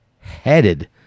headed